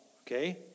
Okay